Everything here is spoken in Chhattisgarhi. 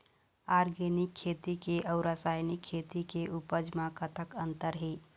ऑर्गेनिक खेती के अउ रासायनिक खेती के उपज म कतक अंतर हे?